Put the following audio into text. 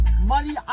money